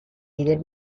líder